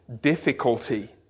difficulty